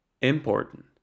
Important